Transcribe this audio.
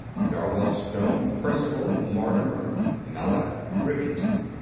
dar well stone, percival, mortimer, mallock, rivington.